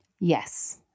Yes